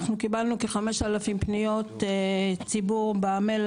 אנחנו קיבלנו כ-5,000 פניות ציבור במייל